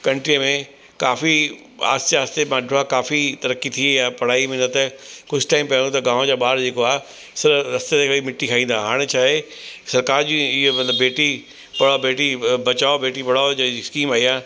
कंट्रीअ में काफ़ी आहिस्ते आहिस्ते बांड्रा काफ़ी तरक़ी थी वई आहे पढ़ाई में जिते कुझु टाइम पहिरियों त गांव जा ॿार जेको आहे सॼे रस्ते ते वेही मिट्टी खाईंदा हाणे छा आए सरकार जी इहो मतिलबु बेटी पढ़ाओ बेटी बचाओ बेटी पढ़ाओ जो इहा स्कीम आई आहे